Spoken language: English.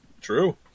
true